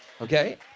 Okay